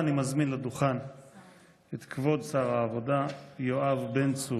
אני מזמין לדוכן את כבוד שר העבודה יואב בן צור.